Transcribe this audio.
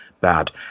bad